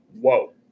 whoa